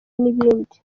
n’ibindi